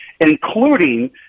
including